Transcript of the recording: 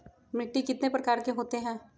मिट्टी कितने प्रकार के होते हैं?